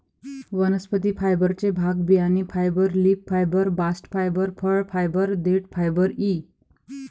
वनस्पती फायबरचे भाग बियाणे fibre, leaf fibre, bast fibre, फळ फायबर, देठ फायबर इ